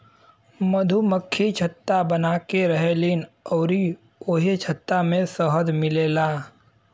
मधुमक्खि छत्ता बनाके रहेलीन अउरी ओही छत्ता से शहद मिलेला